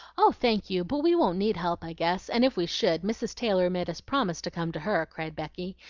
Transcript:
oh, thank you! but we won't need help i guess and if we should, mrs. taylor made us promise to come to her, cried becky.